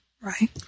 Right